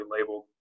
labeled